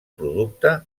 producte